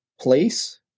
place